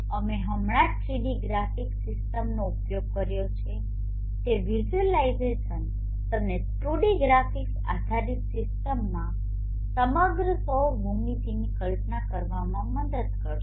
અમે હમણાં જ 3ડી ગ્રાફિક સિસ્ટમનો ઉપયોગ કર્યો છે તે વિઝ્યુલાઇઝેશન તમને 2ડી ગ્રાફિક્સ આધારિત સિસ્ટમમાં સમગ્ર સૌર ભૂમિતિની કલ્પના કરવામાં મદદ કરશે